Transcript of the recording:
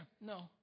No